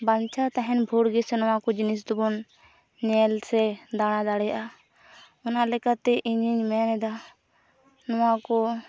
ᱵᱟᱧᱪᱟᱣ ᱛᱟᱦᱮᱱ ᱵᱷᱳᱨ ᱜᱮ ᱥᱮ ᱱᱚᱣᱟ ᱠᱚᱫᱚ ᱡᱤᱱᱤᱥ ᱫᱚᱵᱚᱱ ᱧᱮᱞ ᱥᱮ ᱫᱟᱬᱟ ᱫᱟᱲᱮᱭᱟᱜᱼᱟ ᱚᱱᱟ ᱞᱮᱠᱟᱛᱮ ᱤᱧᱤᱧ ᱢᱮᱱᱮᱫᱟ ᱱᱚᱣᱟᱠᱚ